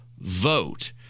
vote